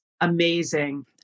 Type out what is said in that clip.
amazing